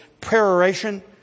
peroration